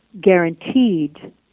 guaranteed